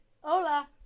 hola